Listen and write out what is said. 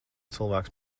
cilvēks